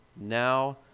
now